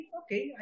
okay